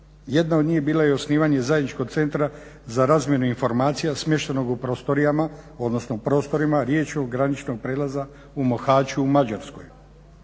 Jedna od njih je bila i osnivanje zajedničkog centra za razmjene informacija, smješteno u prostornijima, odnosno prostorima. Riječ je o graničnom prijelazu u Mohaču u Mađarskoj.